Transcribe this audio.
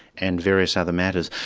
and various other matters.